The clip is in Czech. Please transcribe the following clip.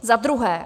Za druhé.